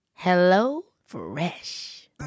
HelloFresh